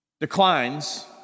declines